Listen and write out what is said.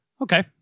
Okay